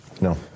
no